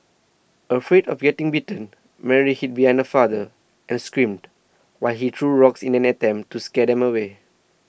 afraid of getting bitten Mary hid behind her father and screamed while he threw rocks in an attempt to scare them away